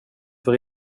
för